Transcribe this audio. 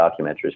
documentaries